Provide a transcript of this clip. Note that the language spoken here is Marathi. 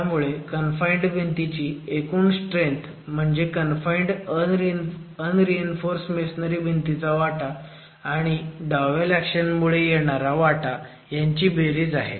त्यामुळे कन्फाईंड भिंतीची एकूण शियर स्ट्रेंथ म्हणजे कन्फाईंड अनरीइन्फोर्स मेसोनरी भिंतीचा वाटा आणि डॉवेल ऍक्शन मुळे येणारा वाटा ह्यांची बेरीज आहे